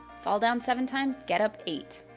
fall down seven times, get up eight.